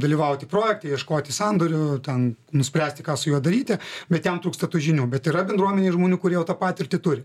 dalyvauti projekte ieškoti sandorių ten nuspręsti ką su juo daryti bet jam trūksta tų žinių bet yra bendruomenėj žmonių kurie jau tą patirtį turi